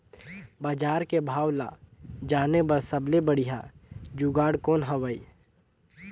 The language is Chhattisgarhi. बजार के भाव ला जाने बार सबले बढ़िया जुगाड़ कौन हवय?